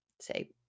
Say